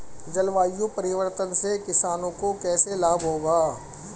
जलवायु परिवर्तन से किसानों को कैसे लाभ होगा?